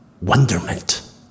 wonderment